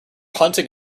hunting